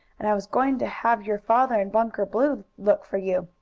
and i was going to have your father and bunker blue look for you.